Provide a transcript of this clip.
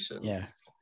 yes